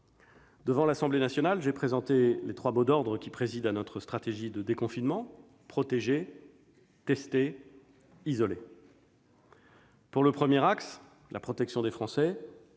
Devant l'Assemblée nationale, j'ai présenté les trois mots d'ordre qui président à notre stratégie de déconfinement : protéger, tester, isoler. S'agissant de la protection des Français,